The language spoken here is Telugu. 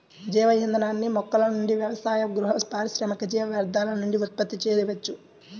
జీవ ఇంధనాన్ని మొక్కల నుండి వ్యవసాయ, గృహ, పారిశ్రామిక జీవ వ్యర్థాల నుండి ఉత్పత్తి చేయవచ్చు